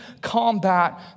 combat